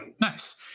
nice